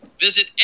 Visit